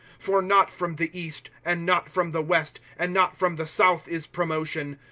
for not from the east, and not from the west, and not from the south, is promotion.